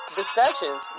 discussions